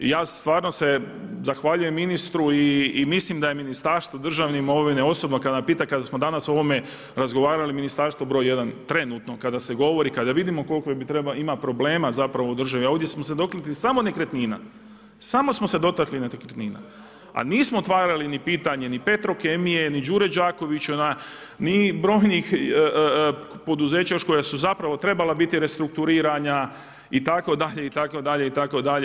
Ja stvarno se zahvaljujem ministru i mislim da je Ministarstvo državne imovine, osobno kada me pita, kada smo danas o ovome razgovarali ministarstvo broj jedan trenutno kada se govori, kada vidimo koliko ima problema zapravo u državi, a ovdje smo se dohvatili samo nekretnina, samo smo se dotakli nekretnina a nismo otvarali ni pitanje ni Petrokemije, ni Đure Đakovića, ni brojnih poduzeća još koja su zapravo trebala biti restrukturirana itd. itd. itd.